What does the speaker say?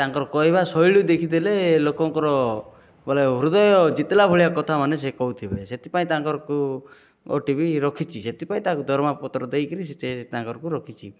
ତାଙ୍କର କହିବା ଶୈଳୀ ଦେଖିଦେଲେ ଲୋକଙ୍କର ବୋଲେ ହୃଦୟ ଜିତିଲା ଭଳିଆ କଥା ମାନେ ସେ କହୁଥିବେ ସେଥିପାଇଁ ତାଙ୍କରକୁ ଓଟିଭି ରଖିଛି ସେଥିପାଇଁ ତାଙ୍କୁ ଦରମା ପତ୍ର ଦେଇକି ତାଙ୍କରକୁ ରଖିଛି